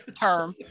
term